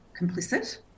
complicit